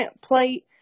plate